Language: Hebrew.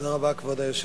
תודה רבה, כבוד היושב-ראש.